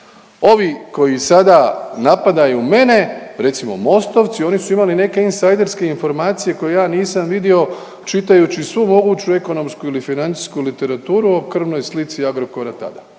Ovi koji sada napadaju mene, recimo mostovci oni su imali neke insajderske informacije koje ja nisam vidio čitajući svu moguću ekonomsku ili financijsku literaturu o krvnoj slici Agrokora tada.